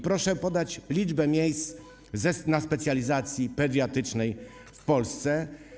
Proszę podać liczbę miejsc na specjalizacji pediatrycznej w Polsce.